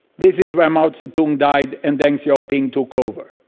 this is where mao zedong died and deng xiaoping took over.